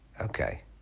okay